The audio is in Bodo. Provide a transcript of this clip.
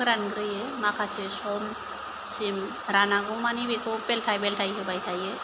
फोरानग्रोयो माखासे समसिम रानागौ मानि बेखौ बेलथाय बेलथाय होबाय थायो